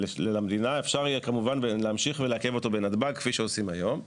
אפשר כמובן להמשיך לעכב אותו בנתב"ג כפי שעושים היום,